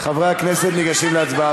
חבר הכנסת סעדי,